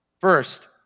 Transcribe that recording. First